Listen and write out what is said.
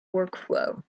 workflow